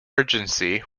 urgency